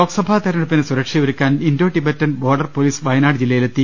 ലോക്സഭാ തിരഞ്ഞെടുപ്പിന് സുരക്ഷയൊരുക്കാൻ Indo Tibetan border police Wayanad ജില്ലയിലെത്തി